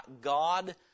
God